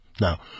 Now